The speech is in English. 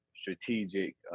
strategic